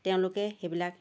তেওঁলোকে সেইবিলাক